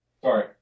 Sorry